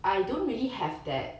I don't really have that